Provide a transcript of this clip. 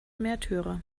märtyrer